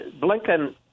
Blinken